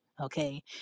okay